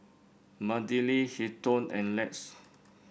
Madilyn Hilton and Lex